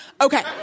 okay